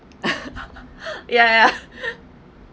ya ya ya